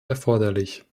erforderlich